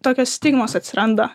tokios stigmos atsiranda